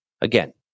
Again